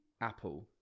apple